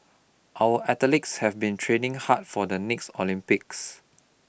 our athletes have been training hard for the next Olympics